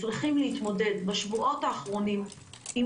צריכים להתמודד בשבועות האחרונים עם